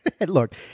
look